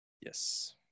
Yes